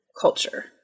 culture